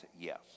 Yes